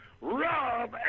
Rob